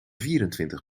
vierentwintig